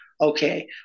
Okay